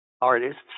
artists